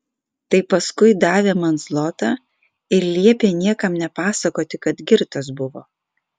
tai paskui davė man zlotą ir liepė niekam nepasakoti kad girtas buvo